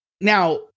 now